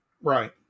Right